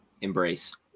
Embrace